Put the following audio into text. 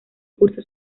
curso